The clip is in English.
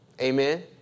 Amen